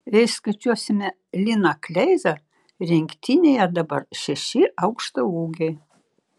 jei skaičiuosime liną kleizą rinktinėje dabar šeši aukštaūgiai